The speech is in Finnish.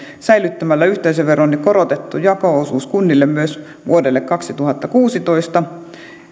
säilyttämällä yhteisöveron korotettu jako osuus kunnille myös vuodelle kaksituhattakuusitoista